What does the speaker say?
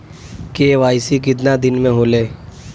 KYC कितना दिन में होले?